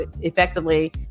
effectively